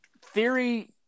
theory